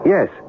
Yes